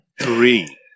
three